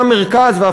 שגזלת